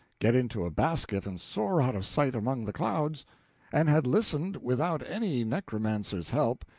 get into a basket and soar out of sight among the clouds and had listened, without any necromancer's help,